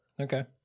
Okay